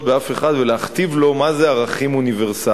באף אחד ולהכתיב לו מה זה ערכים אוניברסליים.